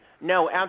No